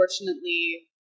unfortunately